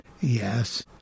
Yes